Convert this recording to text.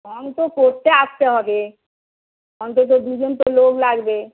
রং তো করতে আসতে হবে অন্তত দুজন তো লোক লাগবে